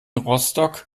rostock